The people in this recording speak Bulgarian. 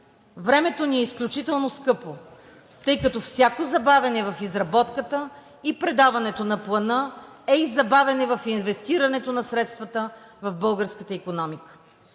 Времето ни е изключително скъпо, тъй като всяко забавяне в изработката и предаването на Плана е и забавяне в инвестирането на средствата в българската икономика.